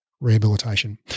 Rehabilitation